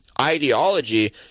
ideology